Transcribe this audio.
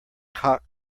cock